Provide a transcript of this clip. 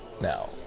now